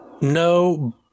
No